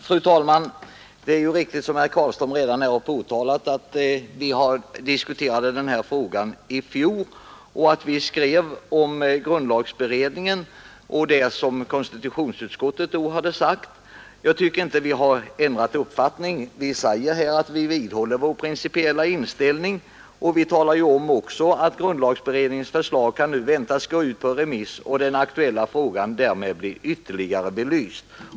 Fru talman! Som herr Carlström anförde diskuterade vi denna fråga i fjol, och då skrev utskottet om vad grundlagberedningen och konstitutionsutskottet hade sagt. Jag tycker inte att vi har ändrat uppfattning nu. Tvärtom säger vi i utskottets betänkande att vi vidhåller vår principiella inställning, och vi talar om att grundlagberedningens förslag nu kan väntas gå ut på remiss och frågan därmed bli ytterligare belyst.